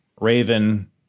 Raven